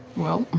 well.